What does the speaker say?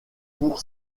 pour